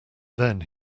then